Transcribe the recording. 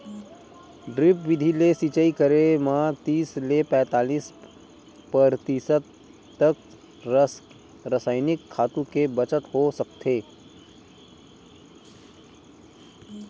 drip बिधि ले सिचई करे म तीस ले पैतालीस परतिसत तक रसइनिक खातू के बचत हो सकथे